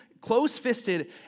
close-fisted